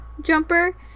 jumper